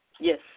Yes